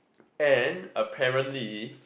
and apparently